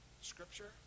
Scripture